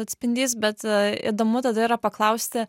atspindys bet įdomu tada yra paklausti